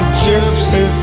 gypsy